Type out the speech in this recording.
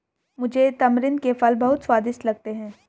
मुझे तमरिंद के फल बहुत स्वादिष्ट लगते हैं